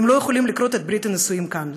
והם לא יכולים לכרות את ברית הנישואים כאן.